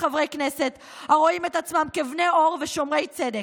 חברי כנסת הרואים את עצמם כבני אור ושומרי צדק,